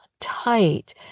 tight